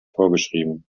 vorgeschrieben